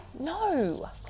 No